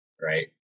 right